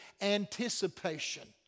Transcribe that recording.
anticipation